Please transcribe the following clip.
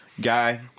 guy